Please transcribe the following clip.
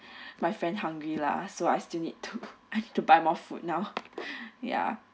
my friend hungry lah so I still need to I need to buy more food now ya